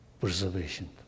preservation